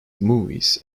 movies